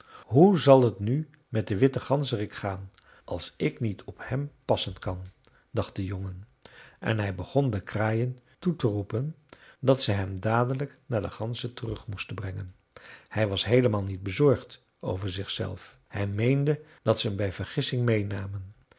hoe zal het nu met den witten ganzerik gaan als ik niet op hem passen kan dacht de jongen en hij begon de kraaien toe te roepen dat ze hem dadelijk naar de ganzen terug moesten brengen hij was heelemaal niet bezorgd over zichzelf hij meende dat ze hem bij vergissing meênamen